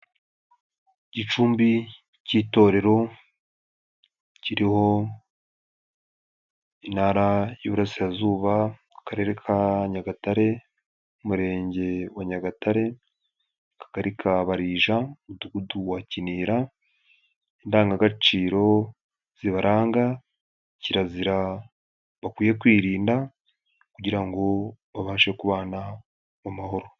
Igicumbi cy'itorero, kiriho Intara y'Iburasirazuba, mu Akarere ka Nyagatare, Umurenge wa Nyagatare, Akagari ka Barija, Umudugudu wa Kinira, indangagaciro zibaranga, kirazira bakwiye kwirinda kugira ngo baba babashe kubana mu mahoro.